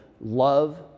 love